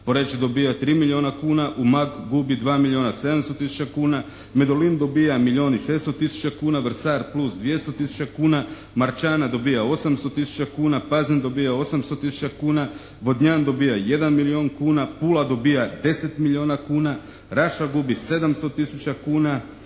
Poreč dobija 3 milijuna kuna, Umag gubi 2 milijuna 700 tisuća kuna. Medulin dobija milijun i 600 tisuća kuna, Vrsar plus 200 tisuća kuna, Marčana dobija 800 tisuća kuna. Pazin dobija 800 tisuća kuna, Vodnjan dobija 1 milijun kuna, Pula dobija 10 milijuna kuna. Raša gubi 700 tisuća kuna,